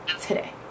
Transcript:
today